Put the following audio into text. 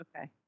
Okay